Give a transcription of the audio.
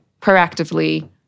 proactively